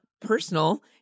personal